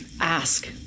ask